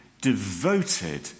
devoted